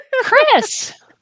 chris